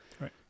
Right